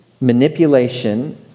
manipulation